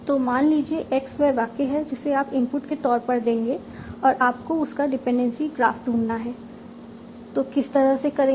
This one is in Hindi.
तो मान लीजिए एक्स वह वाक्य है जिसे आप इनपुट के तौर पर देंगे और आपको उसका डिपेंडेंसी ग्राफ ढूंढना है तो किस तरह से करेंगे